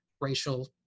racial